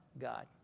God